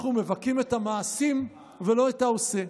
אנחנו מבכים את המעשים ולא את העושה.